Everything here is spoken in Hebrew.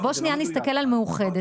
אז בוא שנייה נסתכל על מאוחדת.